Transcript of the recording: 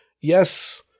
yes